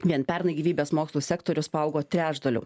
vien pernai gyvybės mokslų sektorius paaugo trečdaliu